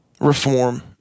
reform